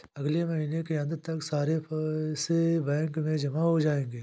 अगले महीने के अंत तक सारे पैसे बैंक में जमा हो जायेंगे